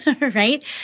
right